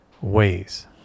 ways